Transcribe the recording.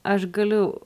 aš galiu